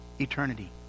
eternity